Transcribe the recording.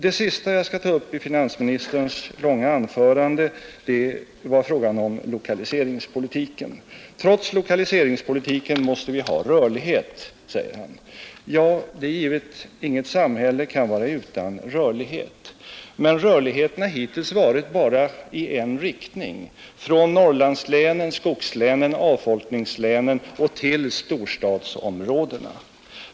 Det sista som jag skall ta upp från finansministerns långa anförande gäller lokaliseringspolitiken. Trots lokaliseringspolitiken måste vi ha rörlighet, säger han, Ja, det är givet; inget samhälle kan vara utan rörlighet. Men rörligheten har hittills bara varit i en riktning — från Norrlandslänen, skogslänen, avfolkningslänen och till storstadsområdena.